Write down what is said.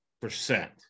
percent